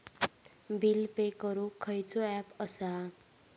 Bill pay करूक खैचो app असा?